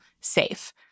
safe